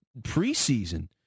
preseason